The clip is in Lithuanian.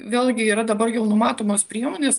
vėlgi yra dabar jau numatomos priemonės